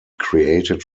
created